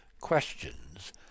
questions